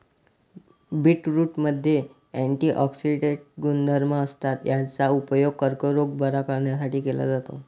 बीटरूटमध्ये अँटिऑक्सिडेंट गुणधर्म असतात, याचा उपयोग कर्करोग बरा करण्यासाठी केला जातो